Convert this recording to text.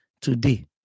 Today